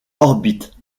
orbite